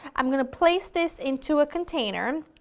um going to place this into a container,